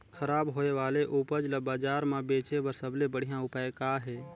खराब होए वाले उपज ल बाजार म बेचे बर सबले बढ़िया उपाय का हे?